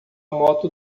moto